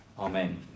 Amen